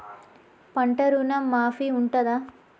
పంట ఋణం మాఫీ ఉంటదా?